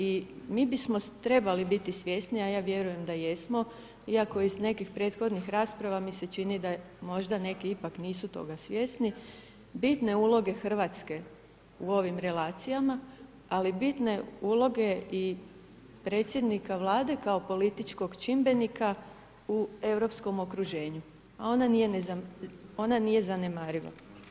I mi bismo trebali biti svjesni, a ja vjerujem da jesmo iako iz nekih prethodnih rasprava mi se čini da možda neki ipak nisu toga svjesni bitne uloge Hrvatske u ovim relacijama, ali bitne uloge i predsjednika Vlade kao političkog čimbenika u europskom okruženju, a ona nije zanemariva.